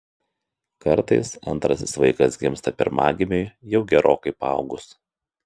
kartais antrasis vaikas gimsta pirmagimiui jau gerokai paaugus